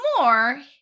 more